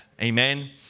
Amen